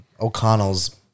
O'Connell's